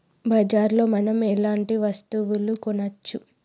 బజార్ లో మనం ఎలాంటి వస్తువులు కొనచ్చు?